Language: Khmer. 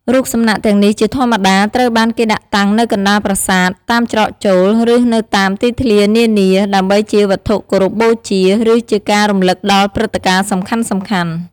រូបសំណាកទាំងនេះជាធម្មតាត្រូវបានគេដាក់តាំងនៅកណ្ដាលប្រាសាទ តាមច្រកចូល ឬនៅតាមទីធ្លានានា ដើម្បីជាវត្ថុគោរពបូជា ឬជាការរំលឹកដល់ព្រឹត្តិការណ៍សំខាន់ៗ។